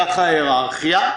כך ההיררכיה,